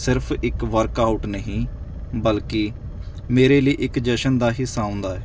ਸਿਰਫ ਇੱਕ ਵਰਕਆਊਟ ਨਹੀਂ ਬਲਕਿ ਮੇਰੇ ਲਈ ਇੱਕ ਜਸ਼ਨ ਦਾ ਹਿੱਸਾ ਹੁੰਦਾ ਹੈ